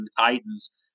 Titans